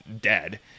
dead